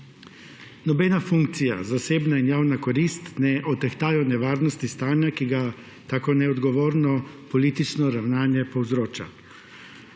Nobena funkcija, zasebna in javna korist ne odtehtajo nevarnosti stanja, ki ga tako neodgovorno politično ravnanje povzroča.